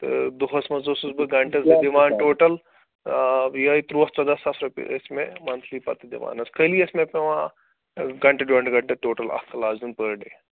تہٕ دۄہَس منٛز اوسُس بہٕ گَنٛٹہٕ زٕ دِوان ٹوٹَل یِہوٚے تُرٛوٚوُہ ژۄداہ ساس رۄپیہِ ٲسۍ مےٚ مَنتھٕلی پَتہٕ دِوان حظ خٲلی ٲسۍ مےٚ پٮ۪وان گَنٛٹہٕ ڈۄڈ گَنٛٹہٕ ٹوٹل اَکھ کَلاس دیُن پٔر ڈے